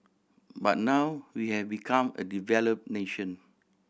but now we have become a developed nation